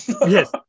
Yes